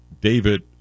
David